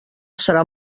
serà